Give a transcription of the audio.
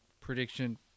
prediction